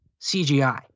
CGI